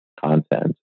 content